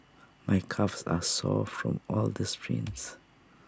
my calves are sore from all the sprints